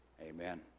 Amen